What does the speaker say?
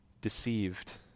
deceived